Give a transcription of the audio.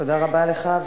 תודה רבה לך.